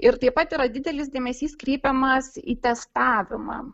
ir taip pat yra didelis dėmesys kreipiamas į testavimą